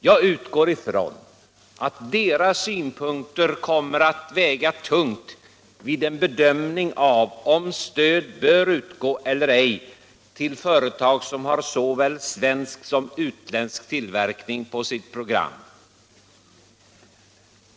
Jag utgår från att deras synpunkter kommer att väga tungt vid en bedömning av om stöd bör utgå eller ej till företag som har såväl svensk som utländsk tillverkning på sitt program.